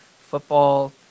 football